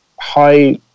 high